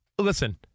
Listen